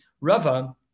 Rava